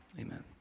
Amen